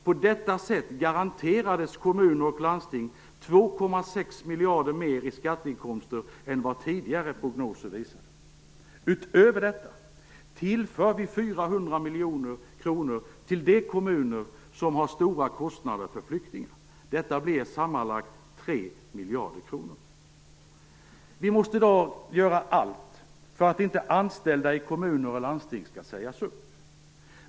På detta sätt garanterades kommuner och landsting 2,6 miljarder mer i skatteinkomster än vad tidigare prognoser visat. Utöver detta tillför vi de kommuner som har stora kostnader för flyktingar 400 miljoner kronor. Detta blir sammanlagt Vi måste i dag göra allt för att inte anställda i kommuner och landsting skall sägas upp.